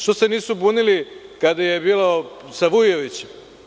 Što se nisu bunili kad je bilo sa Vujovićem?